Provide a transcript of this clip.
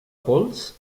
pols